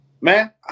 Man